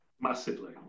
Massively